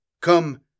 Come